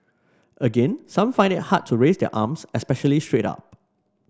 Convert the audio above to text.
again some find it hard to raise their arms especially straight up